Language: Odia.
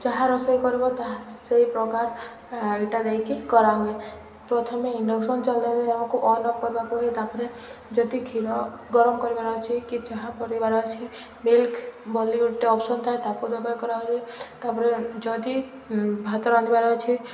ଯାହା ରୋଷେଇ କରିବ ତାହା ସେଇ ପ୍ରକାର ଏଇଟା ଦେଇକି କରାହୁଏ ପ୍ରଥମେ ଇଣ୍ଡକ୍ସଲ୍ ଚଲେଇ ଆମକୁ ଅନ୍ ଅଫ୍ କରିବାକୁ ହୁଏ ତାପରେ ଯଦି କ୍ଷୀର ଗରମ କରିବାର ଅଛି କି ଯାହା ପଡ଼ିବାର ଅଛି ଅପସନ୍ ଥାଏ ତାକୁ ବ୍ୟବହାର କରାହୁଏ ତାପରେ ଯଦି ଭାତ ରାନ୍ଧିବାର ଅଛି